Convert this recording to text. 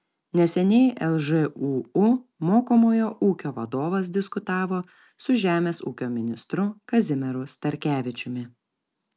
neseniai lžūu mokomojo ūkio vadovas diskutavo su žemės ūkio ministru kazimieru starkevičiumi